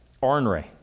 ornery